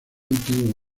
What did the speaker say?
antiguo